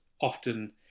often